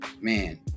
man